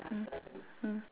hmm hmm